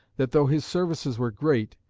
that though his services were great,